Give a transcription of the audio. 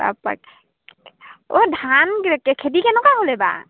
তাৰপৰা অ' ধান খেতি কেনেকুৱা হ'ল এইবাৰ